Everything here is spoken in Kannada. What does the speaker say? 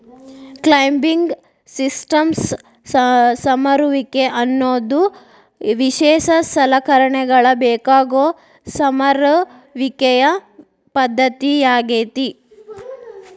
ಕ್ಲೈಂಬಿಂಗ್ ಸಿಸ್ಟಮ್ಸ್ ಸಮರುವಿಕೆ ಅನ್ನೋದು ವಿಶೇಷ ಸಲಕರಣೆಗಳ ಬೇಕಾಗೋ ಸಮರುವಿಕೆಯ ಪದ್ದತಿಯಾಗೇತಿ